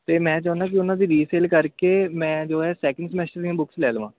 ਤਾਂ ਮੈਂ ਚਾਹੁੰਦਾ ਕਿ ਉਹਨਾਂ ਦੀ ਰੀਸੇਲ ਕਰਕੇ ਮੈਂ ਜੋ ਹੈ ਸੈਕਿੰਡ ਸਮੈਸਟਰ ਦੀਆਂ ਬੁੱਕਸ ਲੈ ਲਵਾਂ